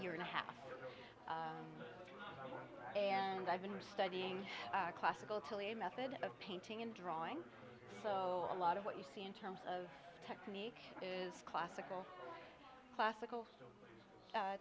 year and a half and i've been studying classical till a method of painting and drawing so a lot of what you see in terms of technique is classical classical